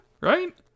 right